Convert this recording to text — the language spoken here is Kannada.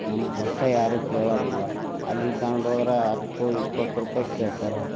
ನಮ್ಮ ಕಷ್ಟ ಯಾರು ಕೇಳೋರಿಲ್ಲ ಅಲ್ಲಿಗೆ ತಗೊಂಡ್ ಹೋದ್ರೆ ಹತ್ತೋ ಇಪ್ಪತ್ತು ರುಪಾಯಿ ಕೇಳ್ತಾರೆ